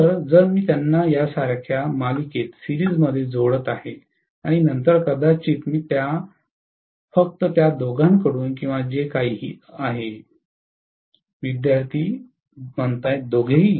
तर जर मी त्यांना यासारख्या मालिकेत जोडत आहे आणि नंतर कदाचित मी फक्त त्या दोघांकडून किंवा जे काही विद्यार्थी दोघेही